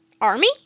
army